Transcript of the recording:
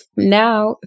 Now